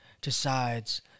decides